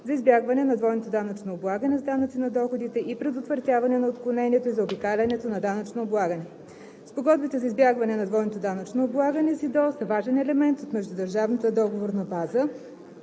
за избягване на двойното данъчно облагане с данъци на доходите и предотвратяване на отклонението и заобикалянето на данъчно облагане. Спогодбите за избягване на двойното данъчно облагане (СИДДО) са важен елемент от междудържавната договорна база,